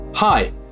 Hi